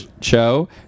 show